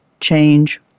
change